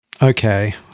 okay